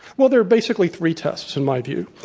well, there are basically three tests, in my view.